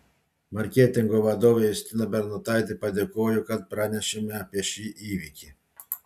marketingo vadovė justina bernotaitė padėkojo kad pranešėme apie šį įvykį